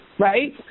Right